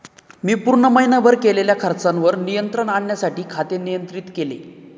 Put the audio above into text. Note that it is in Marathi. मी पूर्ण महीनाभर केलेल्या खर्चावर नियंत्रण आणण्यासाठी खाते नियंत्रित केले